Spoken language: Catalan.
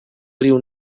riu